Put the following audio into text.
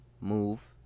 move